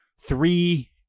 three